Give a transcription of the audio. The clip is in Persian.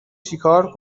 چیکار